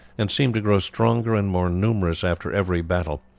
and seemed to grow stronger and more numerous after every battle,